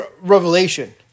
Revelation